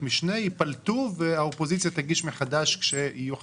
משנה ייפלטו והאופוזיציה תגיש מחדש כשיהיו חברים?